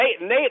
Nate